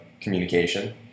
communication